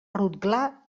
rotglà